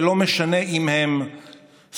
ולא משנה אם הם סונדורים,